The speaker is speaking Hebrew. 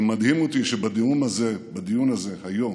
זה מדהים אותי שבדיון הזה, בדיון הזה היום,